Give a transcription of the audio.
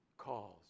Calls